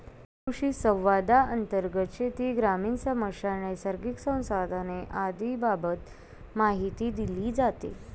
कृषिसंवादांतर्गत शेती, ग्रामीण समस्या, नैसर्गिक संसाधने आदींबाबत माहिती दिली जाते